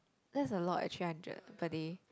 that's a lot eh three hundred per day